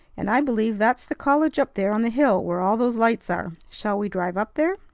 and i believe that's the college up there on the hill where all those lights are. shall we drive up there?